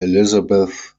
elizabeth